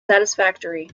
satisfactory